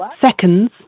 seconds